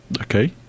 Okay